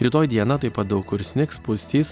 rytoj dieną taip pat daug kur snigs pustys